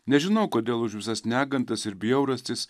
nežinau kodėl už visas negandas ir bjaurastis